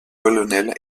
colonel